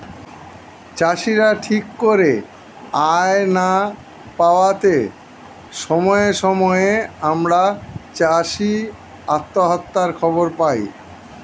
চাষীরা ঠিক করে আয় না পাওয়াতে সময়ে সময়ে আমরা চাষী আত্মহত্যার খবর পাই